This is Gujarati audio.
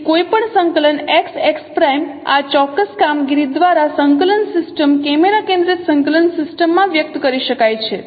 તેથી કોઈપણ સંકલન X X આ ચોક્કસ કામગીરી દ્વારા સંકલન સિસ્ટમ કેમેરા કેન્દ્રિત સંકલન સિસ્ટમમાં વ્યક્ત કરી શકાય છે